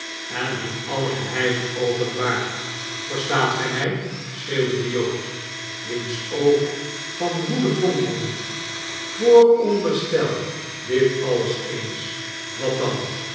en hun alle geheimen openbaart verstaat gij mij schreeuwde de jood wiens oog van woede fonkelde vooronderstel dit alles eens wat dan